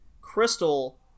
Crystal